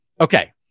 okay